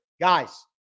guys